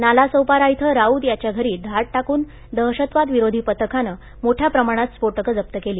नालासोपारा इथं राउत याच्या घरी धाड टाकून दहशतवाद विरोधी पथकानं मोठ्या प्रमाणात स्फोटकं जप्त केली